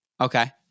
Okay